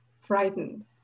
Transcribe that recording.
frightened